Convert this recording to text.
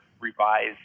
revised